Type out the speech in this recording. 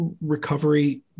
recovery